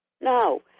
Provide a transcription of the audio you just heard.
No